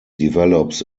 develops